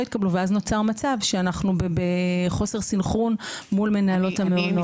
התקבלו ואז נוצר מצב שאנחנו בחוסר סנכרון מול מנהלות המעונות.